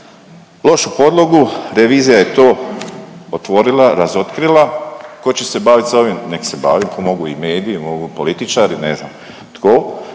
lošu podlogu, revizija je to otvorila, razotkrila. Tko će se bavit s ovim nek se bavi, to mogu i mediji, mogu političari, ne znam tko.